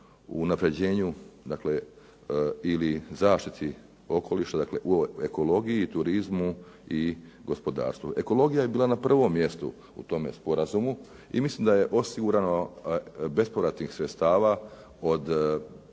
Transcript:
u unapređenju, dakle ili zaštiti okoliša. Dakle, u ekologiji, turizmu i gospodarstvu. Ekologija je bila na prvom mjestu u tome sporazumu i mislim da je osigurano bespovratnih sredstava od